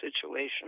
situation